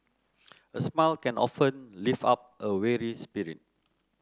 a smile can often lift up a weary spirit